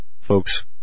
folks